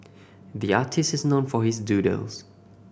the artist is known for his doodles